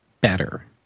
better